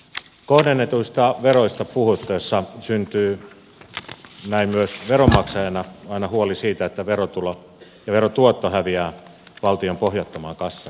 kohdennetuista veroista puhuttaessa syntyy näin myös veronmaksajana aina huoli siitä että verotulo ja verotuotto häviävät valtion pohjattomaan kassaan